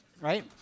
right